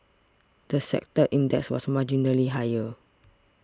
the sector index was marginally higher